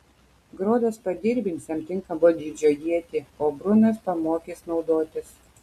grodas padirbins jam tinkamo dydžio ietį o brunas pamokys naudotis